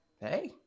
Hey